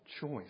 choice